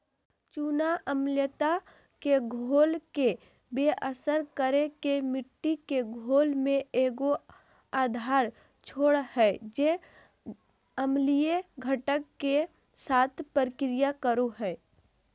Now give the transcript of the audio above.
चूना अम्लता के घोल के बेअसर कर के मिट्टी के घोल में एगो आधार छोड़ हइ जे अम्लीय घटक, के साथ प्रतिक्रिया करो हइ